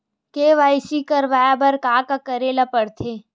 KYC करवाय बर का का करे ल पड़थे?